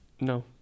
No